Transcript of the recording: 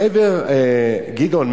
גדעון,